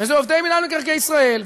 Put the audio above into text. וזה עובדי מינהל מקרקעי ישראל,